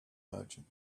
merchant